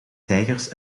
tijgers